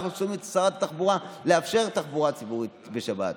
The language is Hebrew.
כשאנחנו שומעים את שרת התחבורה: לאפשר תחבורה ציבורית בשבת,